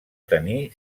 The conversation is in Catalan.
tenir